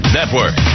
Network